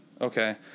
okay